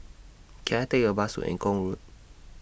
Can I Take A Bus to Eng Kong Road